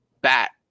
bat